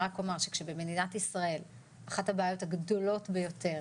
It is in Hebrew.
אני רק אומר שכשבמדינת ישראל אחת הבעיות הגדולות ביותר